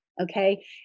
okay